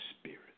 spirit